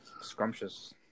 Scrumptious